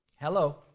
Hello